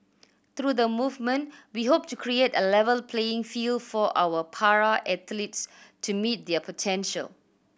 through the movement we hope to create a level playing field for our para athletes to meet their potential